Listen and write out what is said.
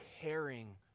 caring